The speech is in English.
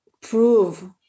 prove